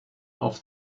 auf